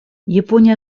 япония